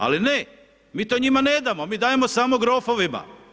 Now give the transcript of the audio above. Ali ne, mi to njima ne damo, mi dajemo samo grofovima.